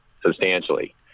substantially